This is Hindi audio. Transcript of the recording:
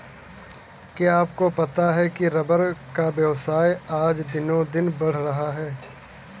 क्या आपको पता है रबर का व्यवसाय आज दिनोंदिन बढ़ रहा है?